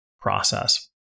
process